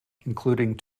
including